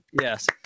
yes